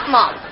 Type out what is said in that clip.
Mom